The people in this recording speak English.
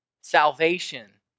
salvation